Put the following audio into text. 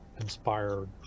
inspired